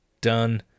done